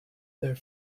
their